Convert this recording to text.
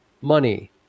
money